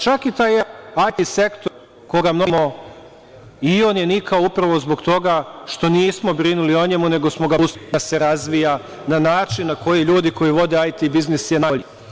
Čak i taj IT sektor, koga mnogo pominjemo i on je nikao upravo zbog toga što nismo brinuli o njemu, nego smo ga pustili da se razvija na način na koji ljudi koji vode IT biznis je najbolji.